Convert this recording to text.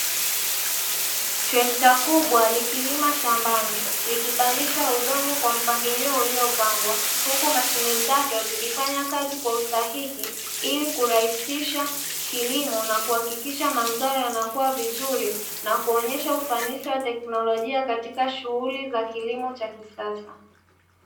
Trekta kubwa likilima shambani likipandisha udongo kwa mpangilio uliopangwa, huku mashine zake zikifanya kazi kwa usahihi ili kurahisisha kilimo na kuhakikisha mazao yanakua vizuri na kuonyesha ufanisi wa teknolojia katika shughuli za kilimo cha kisasa